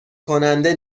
کننده